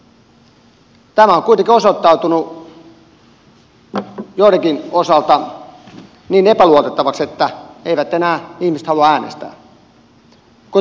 tämä on kuitenkin osoittautunut joidenkin osalta niin epäluotettavaksi että eivät ihmiset enää halua äänestää